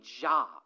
job